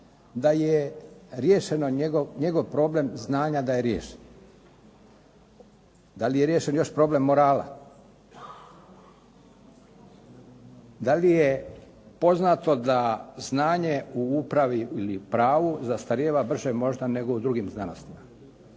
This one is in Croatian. uči 25 godina njegov problem znanja da je riješen? Da li je riješen još problem morala? Da li je poznato da znanje u upravi ili pravu zastarijeva brže možda nego u drugim znanostima?